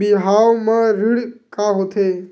बिहाव म ऋण का होथे?